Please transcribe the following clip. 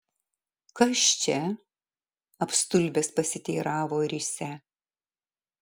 kas čia apstulbęs pasiteiravo risią